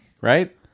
right